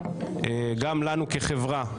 גם לנו כחברה,